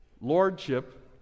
Lordship